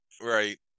Right